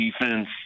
defense